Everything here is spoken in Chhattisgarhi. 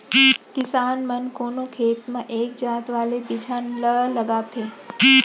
किसान मन कोनो खेत म एक जात वाले बिजहा ल लगाथें